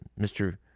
Mr